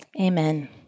Amen